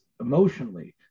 emotionally